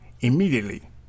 immediately